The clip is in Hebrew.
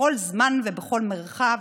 בכל זמן ובכל מרחב,